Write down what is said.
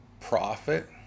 profit